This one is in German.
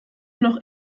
noch